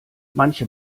manche